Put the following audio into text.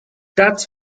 that’s